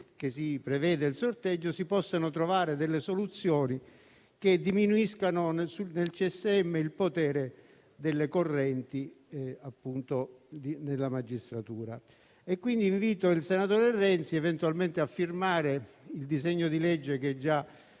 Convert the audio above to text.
cui si preveda il sorteggio, si possano trovare soluzioni che diminuiscano nel CSM il potere delle correnti nella magistratura. Invito quindi il senatore Renzi a firmare eventualmente il disegno di legge, che è già